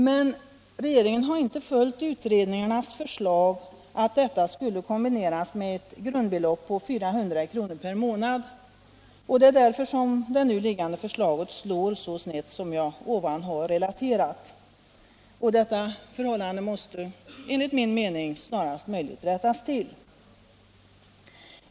Men regeringen har inte följt utredningarnas förslag om att detta skulle kombineras med ett grundbelopp på 400 kr. per månad. Det är därför som det nu liggande förslaget slår så snett som jag här har relaterat. Detta förhållande måste enligt min mening snarast möjligt rättas till.